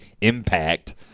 impact